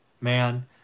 man